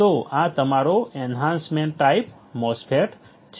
તો આ તમારો એન્હાન્સમેન્ટ ટાઈપ MOSFET છે